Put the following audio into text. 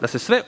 da se sve